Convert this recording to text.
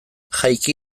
jaiki